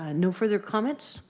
ah no further comments.